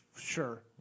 sure